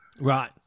Right